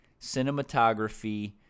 cinematography